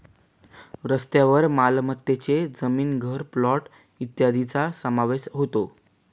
स्थावर मालमत्तेत जमीन, घर, प्लॉट इत्यादींचा समावेश होतो